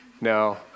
No